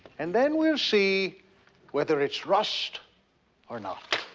and then we'll see whether it's rust or not.